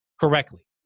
correctly